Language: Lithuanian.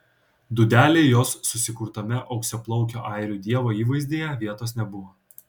dūdelei jos susikurtame auksaplaukio airių dievo įvaizdyje vietos nebuvo